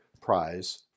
prize